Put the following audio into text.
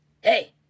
Hey